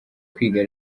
kwiga